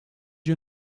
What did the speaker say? you